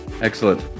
Excellent